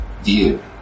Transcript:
view